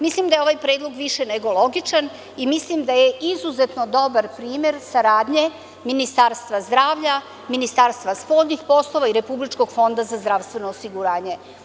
Mislim da je ovaj predlog više nego logičan i mislim da je izuzetno dobar primer saradnje Ministarstva zdravlja, Ministarstva spoljnih poslova i Republičkog fonda za zdravstveno osiguranje.